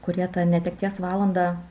kurie tą netekties valandą